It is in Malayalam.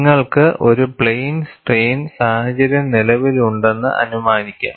നിങ്ങൾക്ക് ഒരു പ്ലെയിൻ സ്ട്രെയിൻ സാഹചര്യം നിലവിലുണ്ടെന്ന് അനുമാനിക്കാം